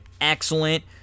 excellent